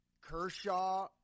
Kershaw